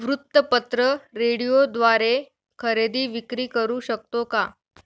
वृत्तपत्र, रेडिओद्वारे खरेदी विक्री करु शकतो का?